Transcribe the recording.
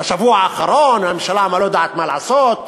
בשבוע האחרון, הממשלה לא יודעת מה לעשות,